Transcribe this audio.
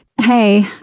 Hey